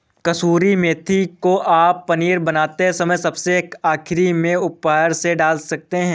कसूरी मेथी को आप पनीर बनाते समय सबसे आखिरी में ऊपर से डाल सकते हैं